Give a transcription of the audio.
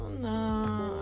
no